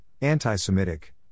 anti-Semitic